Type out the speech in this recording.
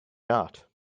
not